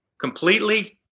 completely